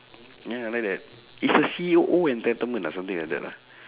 ya like that it's the C_E_O O entitlement lah or something like that lah